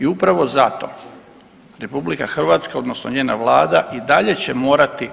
I upravo zato RH odnosno njena Vlada i dalje će morati